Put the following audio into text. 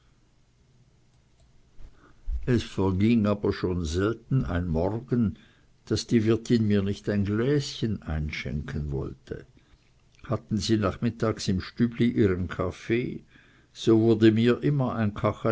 es verging aber schon selten ein morgen daß die wirtin mir nicht ein gläschen einschenken wollte hatten sie nachmittags im stübli ihren kaffee so wurde mir immer ein